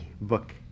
book